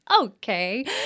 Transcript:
okay